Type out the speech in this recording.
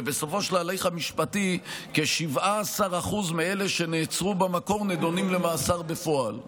ובסופו של ההליך המשפטי כ-17% מאלה שנעצרו במקור נדונים למאסר בפועל.